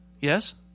Yes